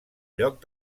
lloc